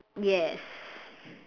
yes